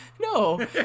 no